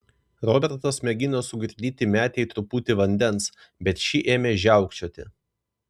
robertas mėgino sugirdyti metei truputį vandens bet ši ėmė žiaukčioti